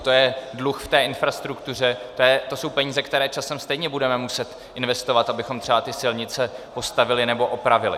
To je dluh v infrastruktuře, to jsou peníze, které časem stejně budeme muset investovat, abychom třeba ty silnice postavili nebo opravili.